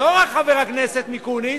לא רק חבר הכנסת מיקוניס.